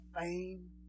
fame